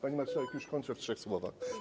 Pani marszałek, już kończę w trzech słowach.